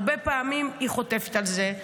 הרבה פעמים היא חוטפת על זה.